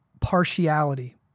partiality